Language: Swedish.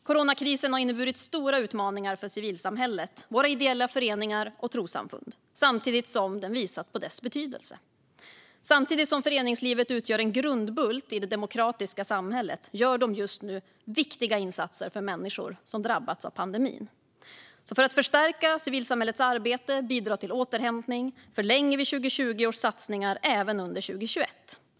Coronakrisen har inneburit stora utmaningar för civilsamhället, våra ideella föreningar och trossamfund, samtidigt som den visat på dessas betydelse. Samtidigt som föreningslivet utgör en grundbult i det demokratiska samhället gör det just nu viktiga insatser för människor som drabbats av pandemin. För att förstärka civilsamhällets arbete och bidra till återhämtning förlänger vi 2020 års satsningar även till 2021.